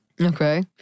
Okay